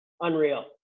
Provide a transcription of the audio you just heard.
unreal